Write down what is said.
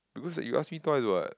becuase you asked me twice [what]